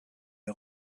les